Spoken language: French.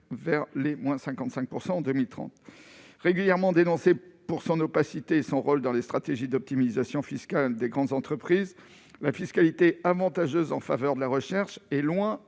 effet de serre en 2030. Régulièrement dénoncée pour son opacité et son rôle dans les stratégies d'optimisation fiscale des grandes entreprises, la fiscalité avantageuse en faveur de la recherche est loin